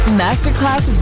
masterclass